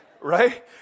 right